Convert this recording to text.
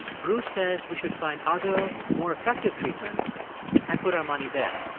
bruce says we should find other more effective treatments and put our money there.